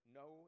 no